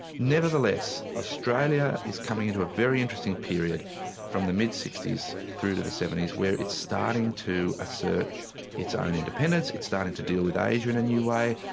nevertheless australia is coming into a very interesting period from the mid sixty s through to the seventy s where it's starting to assert its own independence, it's starting to deal with asia in a new way,